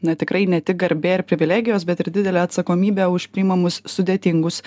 na tikrai ne tik garbė ir privilegijos bet ir didelė atsakomybė už priimamus sudėtingus